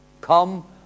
Come